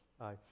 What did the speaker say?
Aye